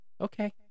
okay